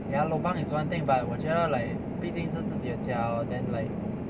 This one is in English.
ya lobang is one thing but 我觉得 like 毕竟是自己的家 lor then like